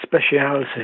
speciality